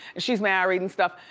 she's married and stuff.